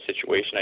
situation